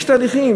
יש תהליכים.